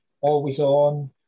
always-on